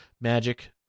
magic